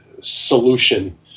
solution